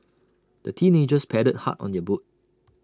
the teenagers paddled hard on their boat